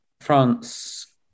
France